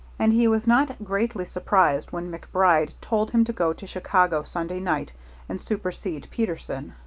and he was not greatly surprised when macbride told him to go to chicago sunday night and supersede peterson.